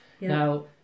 Now